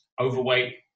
overweight